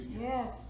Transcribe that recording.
yes